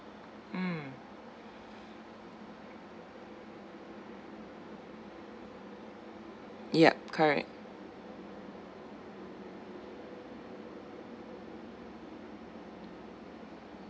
mm yup correct